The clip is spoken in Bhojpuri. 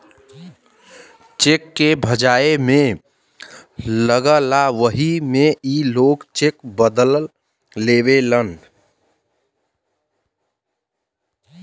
चेक के भजाए मे लगला वही मे ई लोग चेक बदल देवेलन